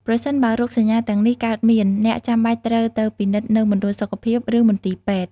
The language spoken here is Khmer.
ប្រសិនបើរោគសញ្ញាទាំងនេះកើតមាន អ្នកចាំបាច់ត្រូវទៅពិនិត្យនៅមណ្ឌលសុខភាព ឬមន្ទីរពេទ្យ។